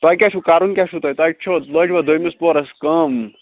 تۄہہِ کیاہ چھو کرُن کیاہ چھو تۄہہ تۄہہ لٲجوٕ دٔیمِس پوہرس کٲم